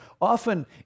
often